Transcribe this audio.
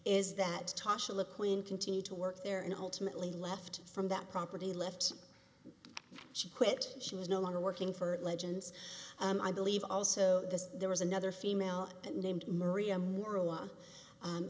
when continued to work there and ultimately left from that property left she quit she was no longer working for legends and i believe also that there was another female named maria mor